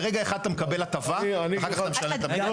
לרגע אחד אתה מקבל הטבה ואחר כך אתה משלם --- דוד,